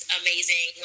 amazing